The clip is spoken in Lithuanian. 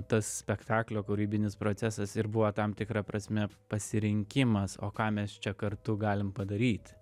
tas spektaklio kūrybinis procesas ir buvo tam tikra prasme pasirinkimas o ką mes čia kartu galim padaryt